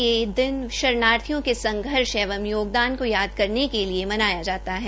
यह दिन शरणार्थियों के संघर्ष एंव योगदान को याद करने के लिये मनाया जाता है